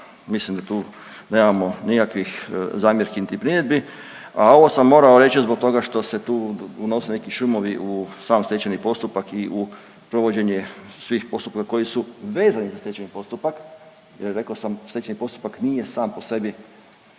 mislim da tu nemamo nikakvih zamjerki niti primjedbi, a ovo sam morao reći zbog toga što se tu unose neki šumovi u sam stečajni postupak i u provođenje svih postupaka koji su vezani za stečajni postupak jer rekao sam stečajni postupak nije sam po sebi